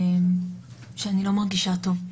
לא מרגישה טוב,